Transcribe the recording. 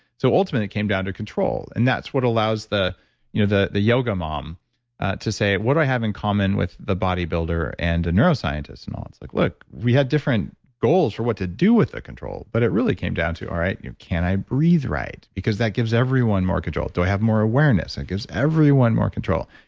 so ultimately it came down to control. and that's what allows the you know the yoga mom to say, what do i have in common with the bodybuilder and a neuroscientist, and all. it's like, look, we had different goals for what to do with the control, but it really came down to, all right, can i breathe right? because that gives everyone more control. do i have more awareness? it gives everyone more control,